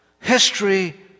history